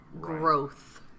Growth